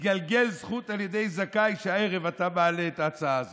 התגלגלה זכות על ידי זכאי שהערב אתה מעלה את ההצעה הזאת.